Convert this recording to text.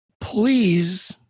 please